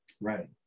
Right